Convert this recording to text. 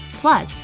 Plus